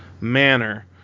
manner